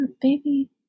Baby